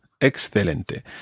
Excelente